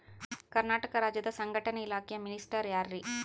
ಕರ್ನಾಟಕ ರಾಜ್ಯದ ಸಂಘಟನೆ ಇಲಾಖೆಯ ಮಿನಿಸ್ಟರ್ ಯಾರ್ರಿ?